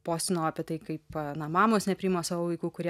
postinau apie tai kaip na mamos nepriima savo vaikų kurie